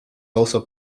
also